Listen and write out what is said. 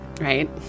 right